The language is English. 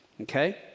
okay